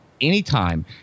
anytime